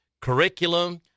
curriculum